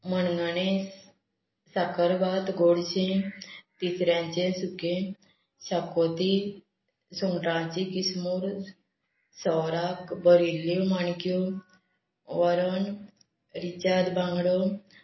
मणगणें साकरभात गोडशें तिसऱ्यांचें सुकें शागोती सुंगटांची किसमूर सौराक भरिल्ल्यो माणक्यो वरण रेंचाद बांगडो